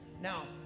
Now